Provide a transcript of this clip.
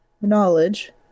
Knowledge